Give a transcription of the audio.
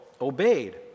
obeyed